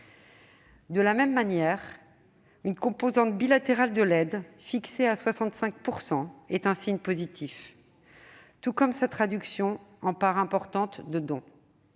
De la même manière, une composante bilatérale de l'aide fixée à 65 % est un signe positif, tout comme sa traduction en une part importante de dons.